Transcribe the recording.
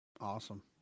awesome